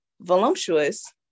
voluptuous